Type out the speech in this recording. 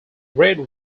red